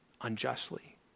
unjustly